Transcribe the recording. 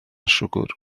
siwgr